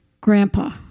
grandpa